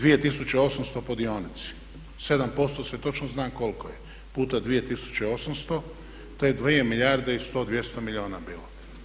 2800 po dionici, 7% se točno zna koliko je, puta 2800 to je 2 milijarde i 100, 200 milijuna bilo.